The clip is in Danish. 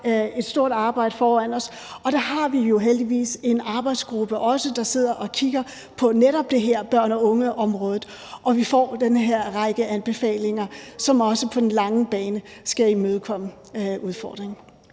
et stort arbejde foran os, og der har vi jo heldigvis også en arbejdsgruppe, der sidder og kigger på netop det her børn og unge-område. Og vi får den her række af anbefalinger, som også på den lange bane skal imødekomme udfordringen.